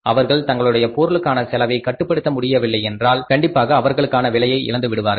அவர்கள் தங்களுடைய பொருளுக்கான செலவை கட்டுப்படுத்த முடியவில்லையென்றால் கண்டிப்பாக அவர்களுக்கான விலையை இழந்துவிடுவார்கள்